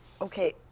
Okay